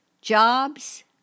jobs